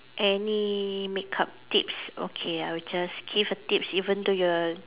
any makeup tips okay I will just give a tips even though you are